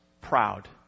proud